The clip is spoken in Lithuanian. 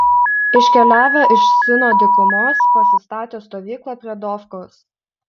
iškeliavę iš sino dykumos pasistatė stovyklą prie dofkos